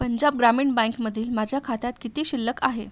पंजाब ग्रामीण बँकमधील माझ्या खात्यात किती शिल्लक आहे